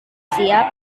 siap